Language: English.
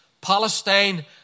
Palestine